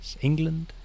England